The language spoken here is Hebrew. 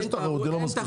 יש תחרות, זה לא מספיק.